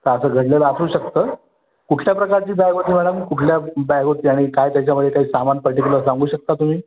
असं घडलेलं असू शकतं कुठल्या प्रकारची बॅग होती मॅडम कुठल्या बॅग होती आणि काय त्याच्यामध्ये काही सामान पर्टिक्युलर सांगू शकता तुम्ही